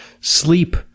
Sleep